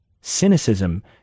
Cynicism